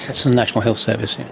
that's the national health service,